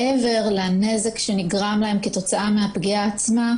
מעבר לנזק שנגרם להם כתוצאה מהפגיעה עצמה,